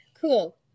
Cool